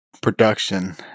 production